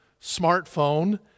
smartphone